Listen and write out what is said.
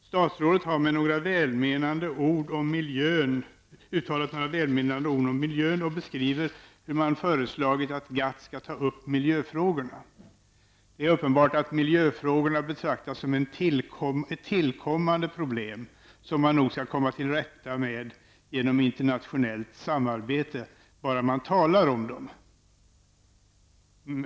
Statsrådet har uttalat några välmenande ord om miljön och beskriver hur man föreslagit att i GATT ta upp miljöfrågorna. Det är uppenbart att miljöfrågorna betraktas som ett tillkommande problem som man nog kan komma till rätta med genom internationellt samarbete, bara vi talar om dem.